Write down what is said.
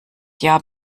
jahr